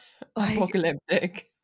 apocalyptic